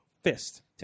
Fist